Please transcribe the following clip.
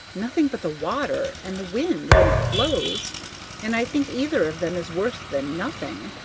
nothing but the water, and the wind, when it blows and i think either of them is worse than nothing.